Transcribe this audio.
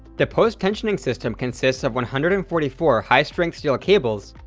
the post-tensioning system consists of one hundred and forty four high-strength steel cables,